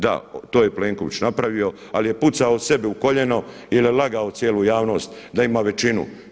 Da, to je Plenković napravio, ali je pucao sebi u koljeno jer je lagao cijelu javnost da ima većinu.